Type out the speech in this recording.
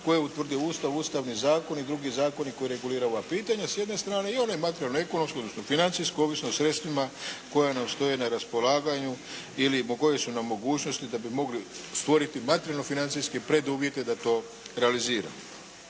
je utvrdio Ustav, ustavni zakoni i drugi zakoni koji reguliraju ova pitanja, s jedne strane. I one materijalno-ekonomske, odnosno financijsko, ovisno o sredstvima koje nam stoje na raspolaganju ili po kojoj su nam mogućnosti da bi mogli stvoriti materijalno-financijske preduvjete a to realiziramo.